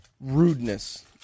rudeness